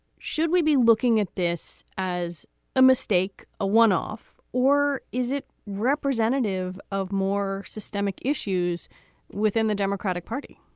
should we be looking at this as a mistake, a one off, or is it representative of more systemic issues within the democratic party?